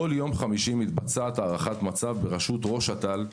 כל יום חמישי מתבצעת הערכת מצב בראשות ראש אט"ל,